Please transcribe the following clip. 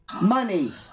money